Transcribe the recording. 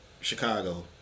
Chicago